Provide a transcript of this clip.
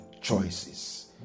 choices